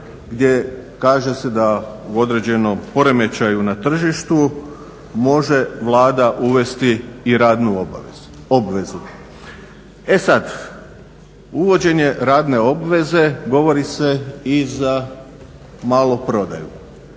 gdje kaže se da u određenom poremećaju na tržištu može Vlada uvesti i radnu obvezu. E sada, uvođenje radne obveze govori se i za maloprodaju.